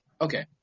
okay